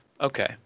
okay